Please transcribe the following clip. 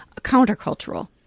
countercultural